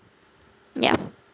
ya